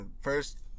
first